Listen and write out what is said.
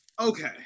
okay